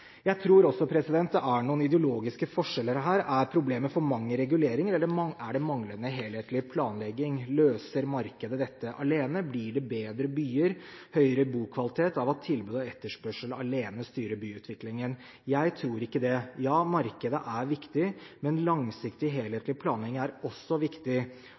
Jeg tror det er noen ideologiske forskjeller her. Er problemet for mange reguleringer, eller er det manglende helhetlig planlegging? Løser markedet dette alene, og blir det bedre byer og høyere bokvalitet av at tilbud og etterspørsel alene styrer byutviklingen? Jeg tror ikke det. Ja, markedet er viktig, men langsiktig, helhetlig planlegging er også viktig.